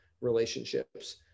relationships